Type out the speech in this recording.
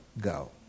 go